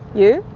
you?